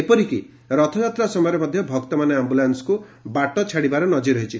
ଏପରିକି ରଥଯାତ୍ରା ସମୟରେ ମଧ୍ୟ ଭକ୍ତମାନେ ଆମ୍ପୁଲାନ୍ୱକୁ ବାଟ ଛାଡିବାର ନଜୀର ରହିଛି